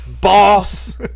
Boss